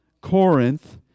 Corinth